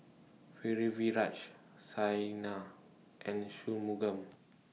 Pritiviraj Saina and Shunmugam